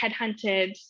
headhunted